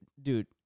Dude